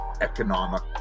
economic